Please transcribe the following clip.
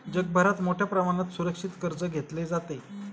जगभरात मोठ्या प्रमाणात सुरक्षित कर्ज घेतले जाते